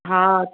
हा